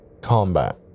combat